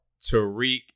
Tariq